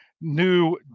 new